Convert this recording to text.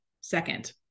second